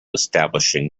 establishing